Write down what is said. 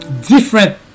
different